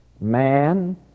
Man